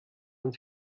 man